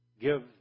give